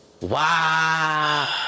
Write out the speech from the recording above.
Wow